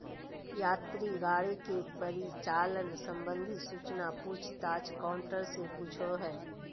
यात्री गाड़ी के परिचालन संबंधित सूचना पूछ ताछ काउंटर से पूछो हइ